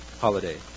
holiday